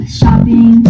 shopping